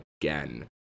again